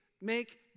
Make